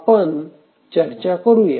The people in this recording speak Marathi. आपण चर्चा करूया